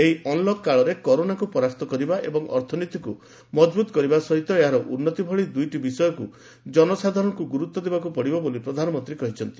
ଏହି ଅନ୍ଲକ୍ କାଳରେ କରୋନାକୁ ପରାସ୍ତ କରିବା ଏବଂ ଅର୍ଥନୀତିକୁ ମଜବୁତ କରିବା ସହିତ ଏହାର ଉନ୍ନତି ଭଳି ଦୁଇଟି ବିଷୟକୁ ଜନସାଧାରଣଙ୍କୁ ଗୁରୁତ୍ୱ ଦେବାକୁ ପଡ଼ିବ ବୋଲି ପ୍ରଧାନମନ୍ତ୍ରୀ କହିଛନ୍ତି